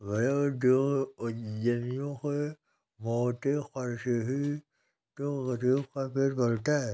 बड़े उद्यमियों के मोटे कर से ही तो गरीब का पेट पलता है